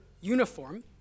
uniform